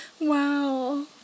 wow